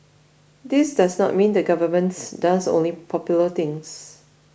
this does not mean the governments does only popular things